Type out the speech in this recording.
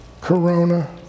Corona